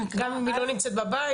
גם אם היא לא נמצאת בבית,